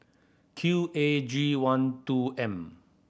Q A G one two M